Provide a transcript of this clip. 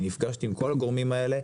אני נפגשתי עם כל הגורמים האלה,